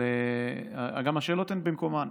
גם השאלות הן במקומן,